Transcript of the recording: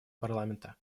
парламента